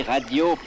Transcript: Radio